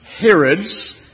Herods